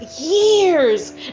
years